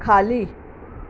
खाली